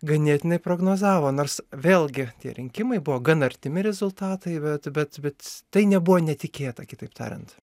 ganėtinai prognozavo nors vėlgi tie rinkimai buvo gan artimi rezultatai bet bet bet tai nebuvo netikėta kitaip tariant